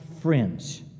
friends